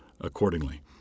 accordingly